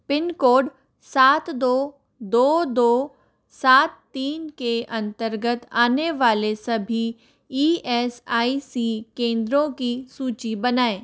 pin code सात दो दो दो सात तीन के अंतर्गत आने वाले सभी ई एस आई सी केंद्रों की सूची बनाएँ